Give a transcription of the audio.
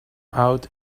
out